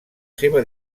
seva